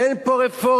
אין פה רפורמים.